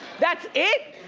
that's it?